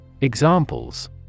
Examples